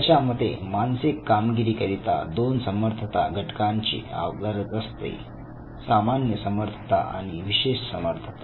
त्याच्या मते मानसिक कामगिरी करिता दोन समर्थता घटकांची गरज असते सामान्य समर्थता आणि विशेष समर्थता